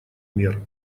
мер